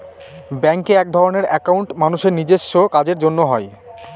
ব্যাঙ্কে একধরনের একাউন্ট মানুষের নিজেস্ব কাজের জন্য হয়